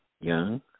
young